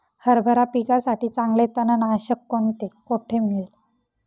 हरभरा पिकासाठी चांगले तणनाशक कोणते, कोठे मिळेल?